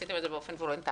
עשיתם את זה באופן וולונטרי.